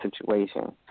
situation